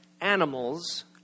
animals